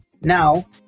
Now